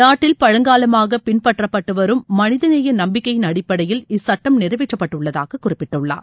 நாட்டில் பழங்காலமாக பின்பற்றப்பட்டுவரும் மனித நேய நம்பிக்கையின் அடிப்படையில் இச்சுட்டம் நிறைவேற்றப்பட்டுள்ளதாக குறிப்பிட்டுள்ளார்